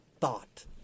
thought